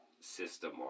system